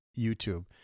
YouTube